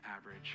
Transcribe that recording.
average